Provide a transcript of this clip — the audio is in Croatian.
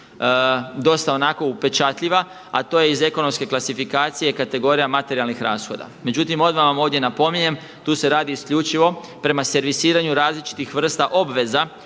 dosta onako upečatljiva, a to je iz ekonomske klasifikacije kategorija materijalnih rashoda. Međutim, odmah vam ovdje napominjem tu se radi isključivo prema servisiranju različitih vrsta obveza